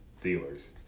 dealers